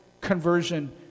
conversion